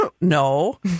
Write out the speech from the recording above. No